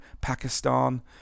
Pakistan